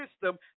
system